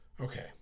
Okay